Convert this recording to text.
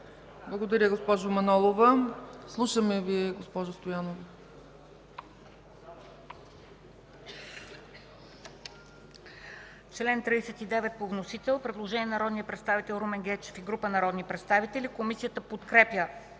Благодаря, госпожо Манолова. Слушаме Ви, госпожо Стоянова.